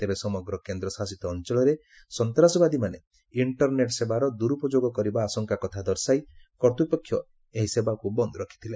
ତେବେ ସମଗ୍ର କେନ୍ଦ୍ରଶାସିତ ଅଞ୍ଚଳରେ ସନ୍ତାସବାଦୀମାନେ ଇଷ୍କରନେଟ୍ ସେବାର ଦୁର୍ପଯୋଗ କରିବା ଆଶଙ୍କା କଥା ଦର୍ଶାଇ କର୍ତ୍ତପକ୍ଷ ଏହି ସେବାକୁ ବନ୍ଦ ରଖିଥିଲେ